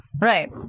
right